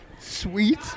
Sweet